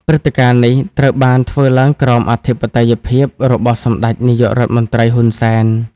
ព្រឹត្តិការណ៍នេះត្រូវបានធ្វើឡើងក្រោមអធិបតីភាពរបស់សម្តេចនាយករដ្ឋមន្ត្រី ហ៊ុន សែន។